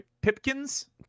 Pipkins